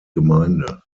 gemeinde